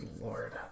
Lord